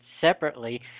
separately